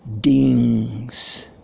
dings